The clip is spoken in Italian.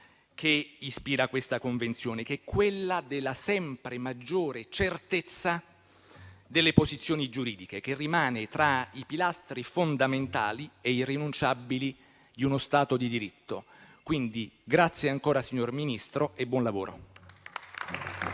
che ispira questa convenzione, quella della sempre maggiore certezza delle posizioni giuridiche, che rimane uno dei pilastri fondamentali e irrinunciabili di uno Stato di diritto. Grazie ancora, signor Ministro, e buon lavoro.